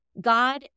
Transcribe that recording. God